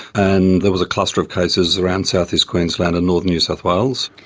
and there was a cluster of cases around southeast queensland and northern new south wales.